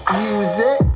music